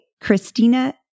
Christina